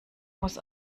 muss